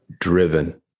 driven